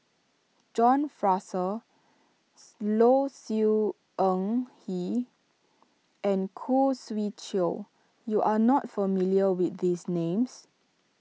John Fraser Low Siew Nghee and Khoo Swee Chiow you are not familiar with these names